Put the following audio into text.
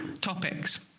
topics